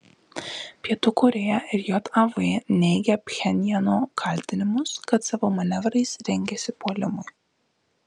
pietų korėja ir jav neigia pchenjano kaltinimus kad savo manevrais rengiasi puolimui